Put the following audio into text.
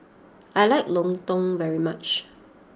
I like Lontong very much